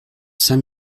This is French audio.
saint